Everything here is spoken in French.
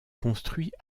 construit